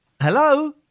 Hello